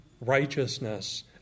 righteousness